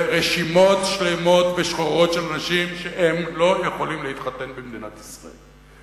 רשימות שלמות ושחורות של אנשים שלא יכולים להתחתן במדינת ישראל.